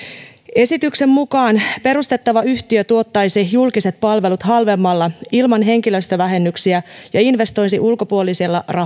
esityksen mukaan perustettava yhtiö tuottaisi julkiset palvelut halvemmalla ilman henkilöstövähennyksiä ja investoisi ulkopuolisella